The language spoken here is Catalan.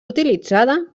utilitzada